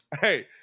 Hey